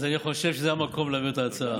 אז אני חושב שזה המקום להעביר את ההצעה.